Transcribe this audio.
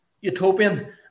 utopian